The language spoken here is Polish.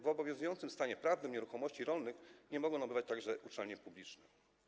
W obowiązującym stanie prawnym nieruchomości rolnych nie mogą nabywać także uczelnie publiczne.